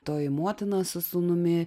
toji motina su sūnumi